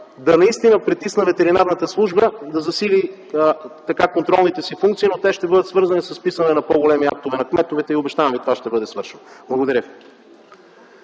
е наистина да притисна Ветеринарната служба и да засили контролните си функции, но те ще бъдат свързани с писане на повече актове на кметовете. Обещавам Ви, че това ще бъде свършено. Благодаря